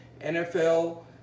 NFL